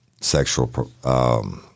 sexual